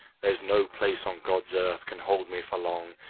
there's no place on god's earth can hold me for long,